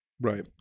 Right